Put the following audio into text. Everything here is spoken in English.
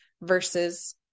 versus